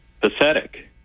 pathetic